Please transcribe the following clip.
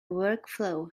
workflow